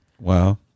Wow